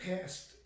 past